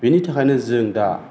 बिनि थाखायनो जों दा